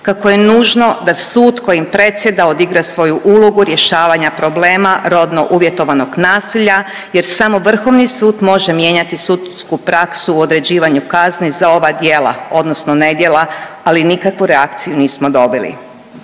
kako je nužno da sud kojim predsjeda odigra svoju ulogu rješavanja problema rodno uvjetovanog nasilja jer samo Vrhovni sud može mijenjati sudsku praksu u određivanju kazni za ova djela odnosno nedjela, ali nikakvu reakciju nismo dobili.